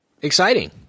Exciting